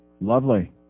Lovely